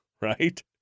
Right